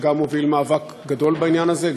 שגם מוביל מאבק גדול בעניין הזה,